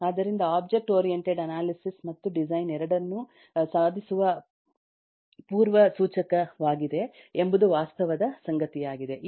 ಆದ್ದರಿಂದ object oriented analysis ಮತ್ತು design ಎರಡನ್ನೂ ಸಾಧಿಸುವ ಪೂರ್ವಸೂಚಕವಾಗಿದೆ ಎಂಬುದು ವಾಸ್ತವದ ಸಂಗತಿಯಾಗಿದೆ